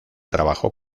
trabajo